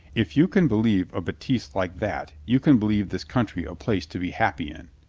if you can believe a betise like that you can believe this country a place to be happy in.